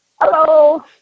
Hello